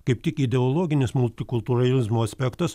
kaip tik ideologinis multikultūralizmo aspektas